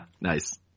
Nice